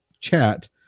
chat